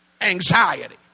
Anxiety